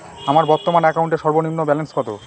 আমার বর্তমান অ্যাকাউন্টের সর্বনিম্ন ব্যালেন্স কত?